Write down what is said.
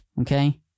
okay